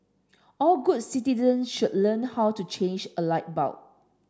all good citizen should learn how to change a light bulb